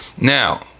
now